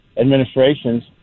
administrations